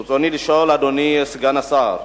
רצוני לשאול, אדוני סגן השר: